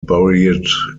buried